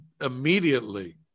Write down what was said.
immediately